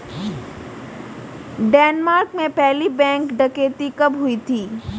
Denmark में पहली bank डकैती कब हुई थी?